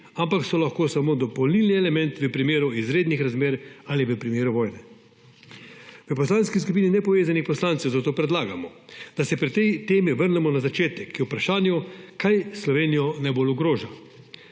ampak so lahko samo dopolnilni element v primeru izrednih razmerali v primeru vojne. V Poslanski skupini nepovezanih poslancev zato predlagamo, da se pri tej temi vrnemo na začetek, k vprašanju, kaj Slovenijo najbolj ogroža.